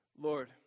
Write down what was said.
Lord